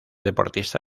deportista